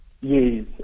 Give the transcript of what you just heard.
Yes